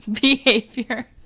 Behavior